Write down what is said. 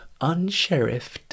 unsheriffed